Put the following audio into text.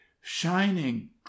shining